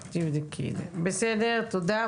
בסדר, תודה.